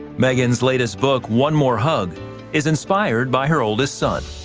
megan's latest book one more hug is inspired by her oldest son.